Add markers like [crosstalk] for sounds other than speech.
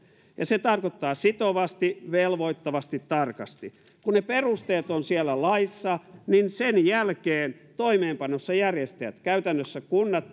ja se tarkoittaa sitovasti velvoittavasti tarkasti kun ne perusteet ovat siellä laissa niin sen jälkeen toimeenpanossa järjestäjät käytännössä kunnat [unintelligible]